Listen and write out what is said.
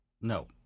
No